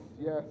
yes